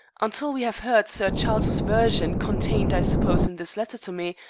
until we have heard sir charles's version, contained, i suppose, in this letter to me,